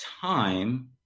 time